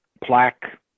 plaque